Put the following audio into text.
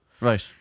Right